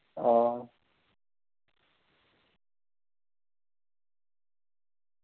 हां